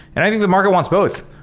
and i think the market wants both.